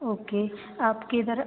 okay आपके इधर